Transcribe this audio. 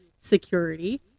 security